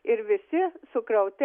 ir visi sukrauti